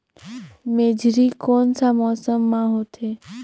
मेझरी कोन सा मौसम मां होथे?